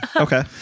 okay